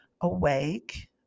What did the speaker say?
awake